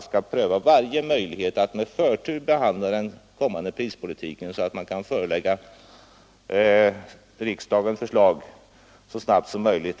skall pröva varje möjlighet att med förtur behandla den kommande prispolitiken så att man kan förelägga riksdagen förslag så snart som möjligt.